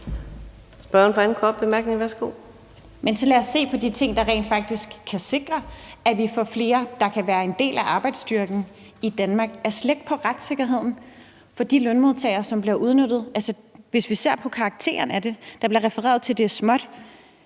lad os se på de ting, der rent faktisk kan sikre, at vi får flere, der kan være en del af arbejdsstyrken i Danmark. Der slækkes på retssikkerheden for de lønmodtagere, som bliver udnyttet. Hvis vi ser på karakteren af det, vil jeg sige, at der bliver refereret til, at det er småt,